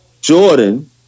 Jordan